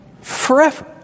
forever